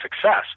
success